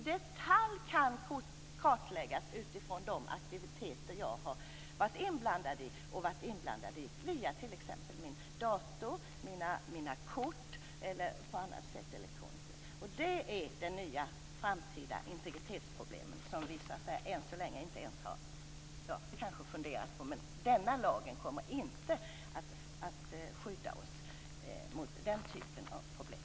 De kan i detalj kartläggas utifrån de aktiviteter jag har varit inblandad i via t.ex. min dator, mina kort eller på annan elektronisk väg. Detta är de nya framtida integritetsproblemen, som vi än så länge inte ens har funderat över. Men denna lag kommer inte att skydda oss mot den typen av problem.